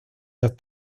los